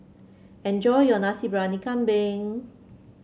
enjoy your Nasi Briyani Kambing